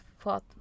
thought